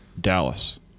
Dallas